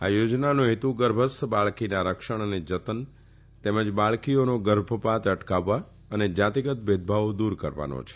આ યોજનાનો હેતુ ગર્ભસ્ત બાળકીના રક્ષણ અને જતન તેમજ બાળકીઓનું ગર્ભપાત અટકાવવા જેવા જાતીગત ભેદભાવો દુર કરવાનો છે